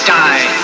die